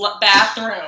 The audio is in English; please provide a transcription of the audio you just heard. bathroom